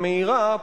המהירה,